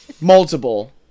Multiple